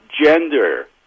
gender